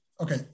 Okay